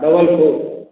double four